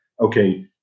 okay